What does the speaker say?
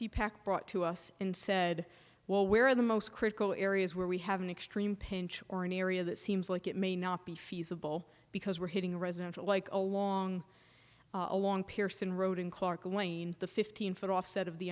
c pac brought to us and said well where are the most critical areas where we have an extreme pinch or an area that seems like it may not be feasible because we're hitting a residential like along a long pearson road in clark lane the fifteen foot offset of